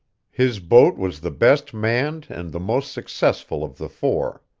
his boat was the best manned and the most successful of the four.